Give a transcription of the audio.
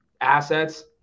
assets